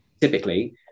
typically